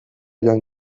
joan